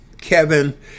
Kevin